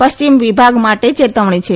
પશ્ચિમ વિભાગ માટે ચેતવણી છે